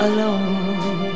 Alone